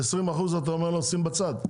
ואתה אומר לו לשים 20% בצד?